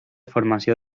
formació